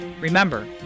Remember